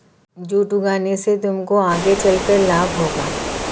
jute उगाने से तुमको आगे चलकर लाभ होगा